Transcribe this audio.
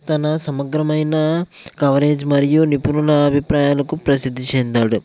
తన సమగ్రమైన కవరేజ్ మరియు నిపుణుల అభిప్రాయాలకు ప్రసిద్ధి చెందాడు